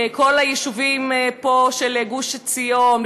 כל היישובים פה של גוש עציון,